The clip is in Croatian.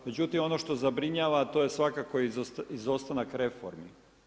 Međutim, ono što zabrinjava a to je svakako izostanak reformi.